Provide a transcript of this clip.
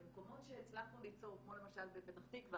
במקומות שהצלחנו ליצור, כמו למשל בפתח תקוה